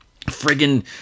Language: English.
friggin